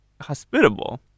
hospitable